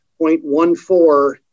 0.14